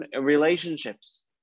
relationships